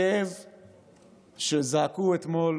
הכאב שזעקו אתמול